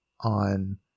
on